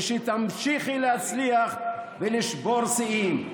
ושתמשיכי להצליח ולשבור שיאים.